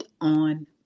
on